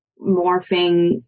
morphing